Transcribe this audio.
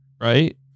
right